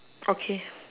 okay